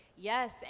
Yes